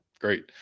great